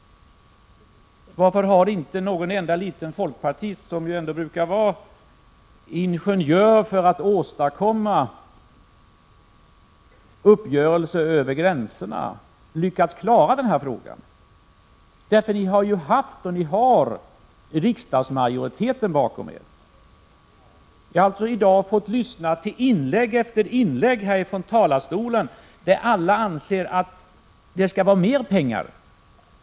Varför har inte en enda liten folkpartist, som ju ändå brukar vara ingenjörer då det gäller att åstadkomma uppgörelser över gränserna, lyckats klara av denna fråga? Ni har ju haft och har riksdagsmajoriteten bakom er. Jag har i dag fått lyssna till inlägg efter inlägg, och alla anser att man skall satsa mer pengar.